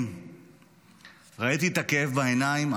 ראיתי את הכאב בעיניים,